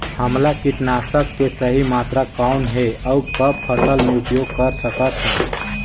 हमला कीटनाशक के सही मात्रा कौन हे अउ कब फसल मे उपयोग कर सकत हन?